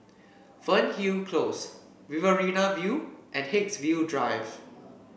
Fernhill Close Riverina View and Haigsville Drive